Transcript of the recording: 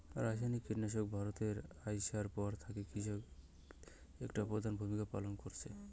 রাসায়নিক কীটনাশক ভারতত আইসার পর থাকি কৃষিত একটা প্রধান ভূমিকা পালন করসে